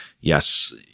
yes